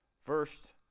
first